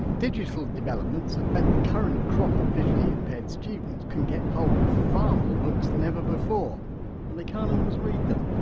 digital developments have meant the current crop of visually impaired students can get hold of far more books than ever before but they can't always read them.